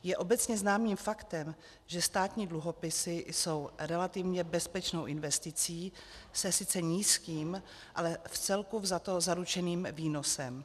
Je obecně známým faktem, že státní dluhopisy jsou relativně bezpečnou investicí se sice nízkým, ale vcelku vzato zaručeným výnosem.